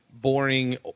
boring